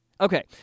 Okay